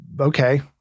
okay